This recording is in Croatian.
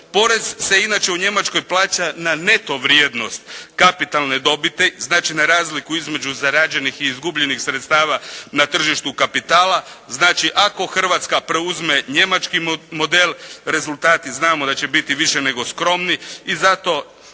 Porez se inače u Njemačkoj plaća na neto vrijednost kapitalne dobiti, znači na razliku između zarađenih i izgubljenih sredstava na tržištu kapitala. Znači ako Hrvatska preuzme njemački model rezultati znamo da će biti više nego skromni